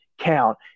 count